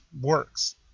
works